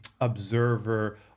observer